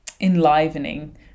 enlivening